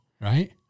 Right